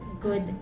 good